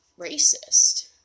racist